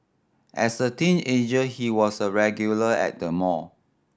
as a teenager he was a regular at the mall